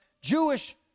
Jewish